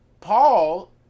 Paul